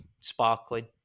sparkling